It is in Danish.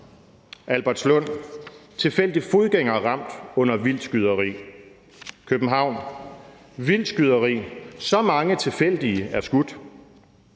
Albertslund: »Tilfældig fodgænger ramt under vildt skyderi«. København: »Vildt skyderi: Så mange tilfældige er skudt«.